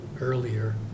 earlier